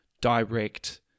direct